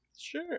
Sure